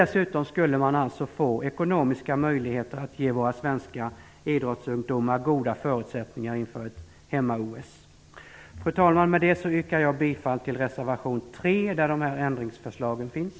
Dessutom skulle man alltså få ekonomiska möjligheter att ge våra svenska idrottsungdomar goda förutsättningar inför ett hemma-OS. Fru talman! Med detta yrkar jag bifall till reservation 3 där de här ändringsförslagen finns.